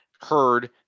heard